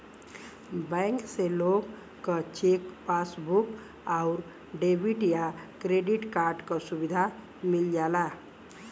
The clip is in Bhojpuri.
बैंक से लोग क चेक, पासबुक आउर डेबिट या क्रेडिट कार्ड क सुविधा मिल जाला